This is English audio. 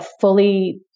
fully